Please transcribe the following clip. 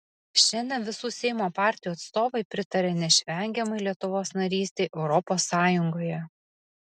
šiandien visų seimo partijų atstovai pritaria neišvengiamai lietuvos narystei europos sąjungoje